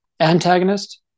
antagonist